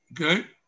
Okay